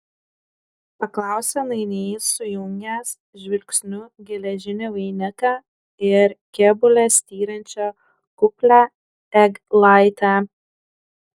paklausė nainys sujungęs žvilgsniu geležinį vainiką ir kėbule styrančią kuplią eglaitę